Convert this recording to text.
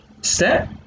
step